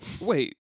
Wait